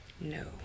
No